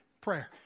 prayer